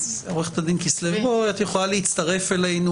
את יכולה להצטרף אלינו,